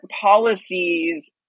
policies